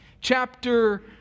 chapter